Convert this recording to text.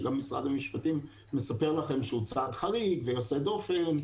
שגם משרד המשפטים מספר לכם שהוא צעד חריג ויוצא דופן,